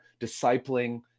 discipling